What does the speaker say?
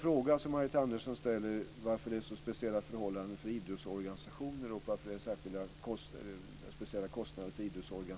Margareta Andersson frågar varför det är så speciella förhållanden för idrottsorganisationer och varför det är fråga om speciella kostnader för dessa.